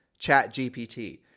ChatGPT